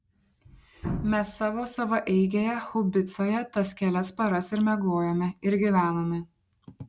mes savo savaeigėje haubicoje tas kelias paras ir miegojome ir gyvenome